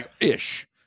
ish